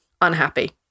unhappy